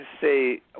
say